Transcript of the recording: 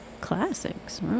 classics